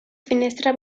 finestra